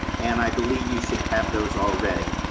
and i believe you should have those already.